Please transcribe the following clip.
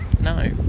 no